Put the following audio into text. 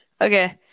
Okay